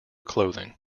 clothing